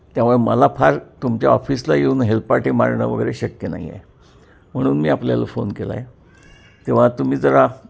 त्यामुळे मला फार तुमच्या ऑफिसला येऊन हेलपाटे मारणं वगैरे शक्य नाही आहे म्हणून मी आपल्याला फोन केला आहे तेव्हा तुम्ही जरा